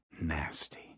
nasty